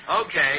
Okay